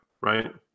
right